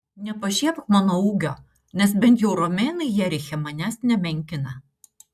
nepašiepk mano ūgio nes bent jau romėnai jeriche manęs nemenkina